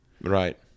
Right